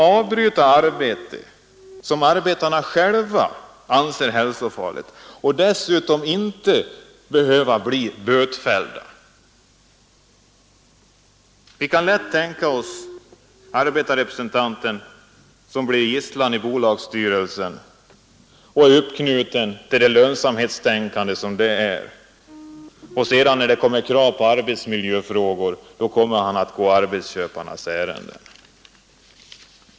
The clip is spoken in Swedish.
Det är helt uppknutet till SAF:s målsättningar, liksom företagsnämnderna. I propositionen lägger departementschefen stor vikt vid rådets arbete och pekar på den försöksverksamhet som Utvecklingsrådet för samarbetsfrågor tagit initiativ till.